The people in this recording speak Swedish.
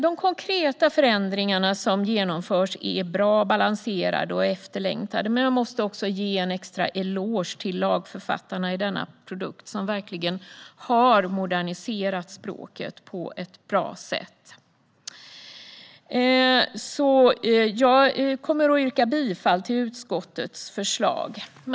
De konkreta förändringar som genomförs är bra, balanserade och efterlängtade, men jag måste också ge en extra eloge till lagförfattarna till denna produkt som verkligen har moderniserat språket på ett bra sätt. Jag yrkar bifall till utskottets förslag.